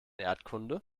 erdkunde